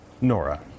Nora